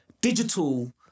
digital